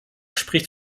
spricht